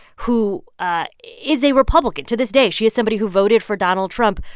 who ah is a republican to this day. she is somebody who voted for donald trump,